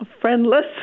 friendless